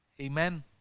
Amen